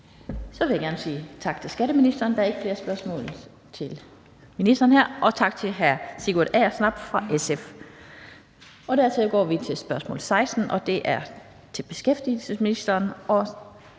tak til skatteministeren. Der er ikke flere spørgsmål til ministeren her. Og tak til hr. Sigurd Agersnap fra SF. Dermed går vi til spørgsmål nr. 16 på dagsordenen, og det er til beskæftigelsesministeren,